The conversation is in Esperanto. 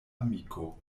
amiko